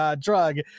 Drug